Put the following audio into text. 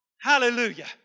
Hallelujah